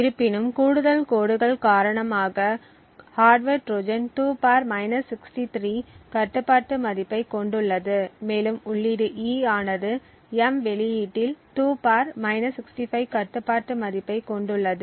இருப்பினும் கூடுதல் கோடுகள் காரணமாக ஹார்ட்வர் ட்ரோஜன் 2 கட்டுப்பாட்டு மதிப்பைக் கொண்டுள்ளது மேலும் உள்ளீடு E ஆனது M வெளியீட்டில் 2 கட்டுப்பாட்டு மதிப்பைக் கொண்டுள்ளது